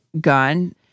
gun